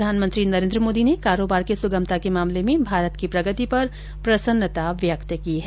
प्रधानमंत्री नरेन्द्र मोदी ने कारोबार की सुगमता के मामले में भारत की प्रगति पर प्रसन्नता व्यक्त की है